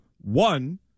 one